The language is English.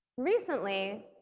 recently,